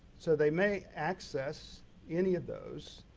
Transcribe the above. so they may access any of those.